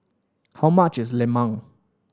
how much is lemang